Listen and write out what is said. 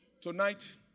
Tonight